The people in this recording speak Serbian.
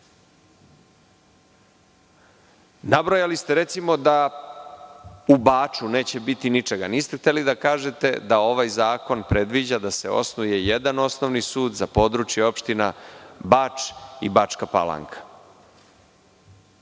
sudija. Nabrojali ste recimo da u Baču neće biti ničega. Niste hteli da kažete da ovaj zakon predviđa da se osnuje jedan osnovni sud za područje opština Bač i Bačka Palanka.